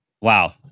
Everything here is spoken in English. Wow